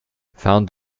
found